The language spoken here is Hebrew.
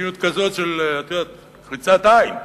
מדיניות כזאת של קריצת עין.